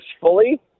fully